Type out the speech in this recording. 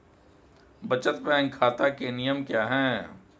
बचत बैंक खाता के नियम क्या हैं?